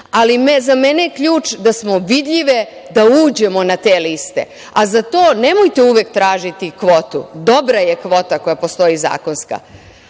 ali za mene je ključ da smo vidljive da uđemo na te liste, a za to nemojte uvek tražiti kvotu, dobra je kvota koja postoji zakonska. Dajte